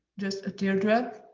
just a teardrop.